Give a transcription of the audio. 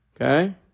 Okay